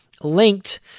linked